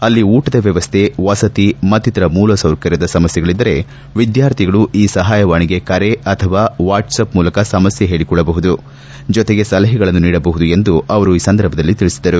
ಅಲ್ಲಿ ಊಟದ ವ್ಯವಸ್ಥೆ ವಸತಿ ಮತ್ತಿತರ ಮೂಲ ಸೌಕರ್ಯದ ಸಮಸ್ಯೆಗಳಿದ್ದರೆ ವಿದ್ಯಾರ್ಥಿಗಳು ಈ ಸಹಾಯವಾಣಿಗೆ ಕರೆ ಅಥವಾ ವಾಟ್ಗಆಫ್ ಮೂಲಕ ಸಮಸ್ಯೆ ಹೇಳಕೊಳ್ಳಬಹುದು ಜೊತೆಗೆ ಸಲಹೆಗಳನ್ನು ನೀಡಬಹುದು ಎಂದು ಅವರು ಈ ಸಂದರ್ಭದಲ್ಲಿ ತಿಳಿಸಿದರು